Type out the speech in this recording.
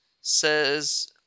says